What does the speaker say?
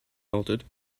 melted